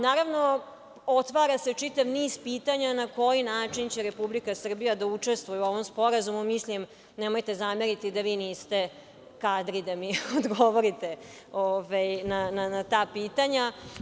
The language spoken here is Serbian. Naravno, otvara se čitav niz pitanja na koji način će Republika Srbija da učestvuje u ovom sporazumu, mislim, nemojte zameriti da vi niste kadri da mi odgovorite na ta pitanja.